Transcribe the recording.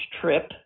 trip